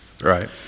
Right